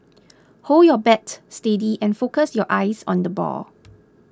hold your bat steady and focus your eyes on the ball